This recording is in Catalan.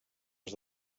les